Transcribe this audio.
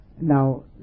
now